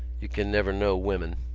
you can never know women.